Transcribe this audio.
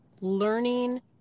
learning